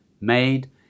made